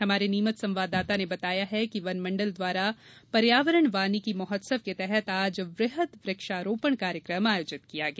हमारे नीमच संवाददाता ने बताया है कि वन मण्डल द्वारा पर्यावरण वानिकी महोत्सव के तहत आज वृहद वृक्षारोपण कार्यक्रम आयोजित किया गया